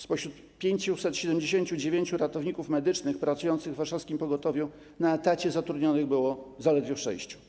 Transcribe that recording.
Spośród 579 ratowników medycznych pracujących w warszawskim pogotowiu na etacie zatrudnionych było zaledwie sześciu.